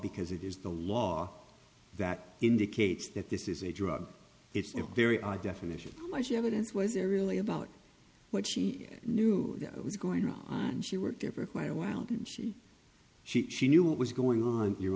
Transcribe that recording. because it is the law that indicates that this is a drug it's a very odd definition how much evidence was areally about what she knew that was going on and she worked there for quite a while didn't she she she knew what was going on your